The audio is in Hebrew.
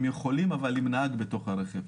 הם יכולים, אבל עם נהג בתוך הרכב.